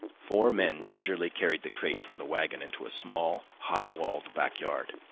four men gingerly carried the crate from the wagon into a small, high-walled back yard.